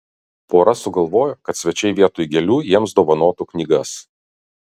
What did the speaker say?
pora sugalvojo kad svečiai vietoj gėlių jiems dovanotų knygas